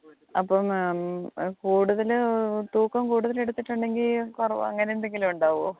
അപ്പം കൂടുതൽ തൂക്കം കൂടുതൽ എടുത്തിട്ടുണ്ടെങ്കിൽ കുറവ് അങ്ങനെ എന്തെങ്കിലും ഉണ്ടാവുമോ